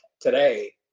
today